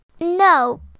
No